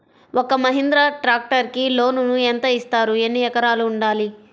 ఒక్క మహీంద్రా ట్రాక్టర్కి లోనును యెంత ఇస్తారు? ఎన్ని ఎకరాలు ఉండాలి?